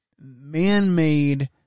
man-made